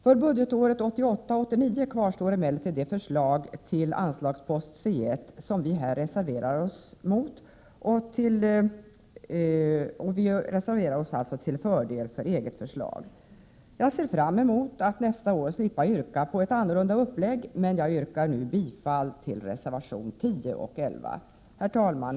För budgetåret 1988/89 kvarstår emellertid förslaget till anslagspost C1, som vi här reserverar oss mot till förmån för eget förslag. Jag ser fram emot att nästa år slippa yrka på ett annorlunda upplägg, men yrkar nu bifall till reservationerna 10 och 11. Herr talman!